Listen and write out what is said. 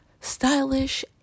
Stylish